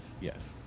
yes